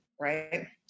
right